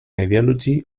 ideology